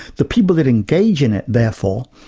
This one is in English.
the people that engage in it therefore,